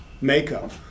makeup